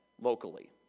locally